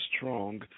strong